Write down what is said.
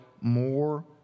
more